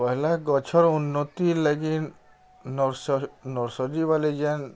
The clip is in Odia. ପହେଲା ଗଛର୍ ଉନ୍ନତି ଲାଗି ନର୍ସରୀ ବାଲେ ଯେନ୍